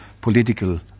political